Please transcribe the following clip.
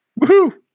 Woohoo